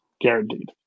guaranteed